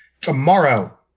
Tomorrow